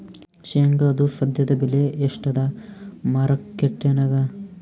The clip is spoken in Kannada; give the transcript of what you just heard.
ಶೇಂಗಾದು ಸದ್ಯದಬೆಲೆ ಎಷ್ಟಾದಾ ಮಾರಕೆಟನ್ಯಾಗ?